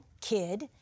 kid